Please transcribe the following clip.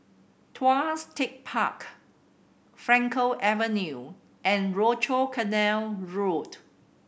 Tuas Tech Park Frankel Avenue and Rochor Canal Road